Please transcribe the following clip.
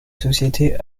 société